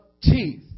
teeth